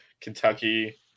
Kentucky